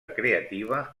creativa